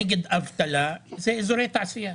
נגד אבטלה, אלו אזורי תעשייה.